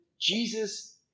Jesus